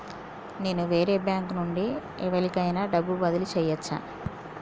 నేను వేరే బ్యాంకు నుండి ఎవలికైనా డబ్బు బదిలీ చేయచ్చా?